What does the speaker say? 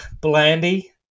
Blandy